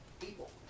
People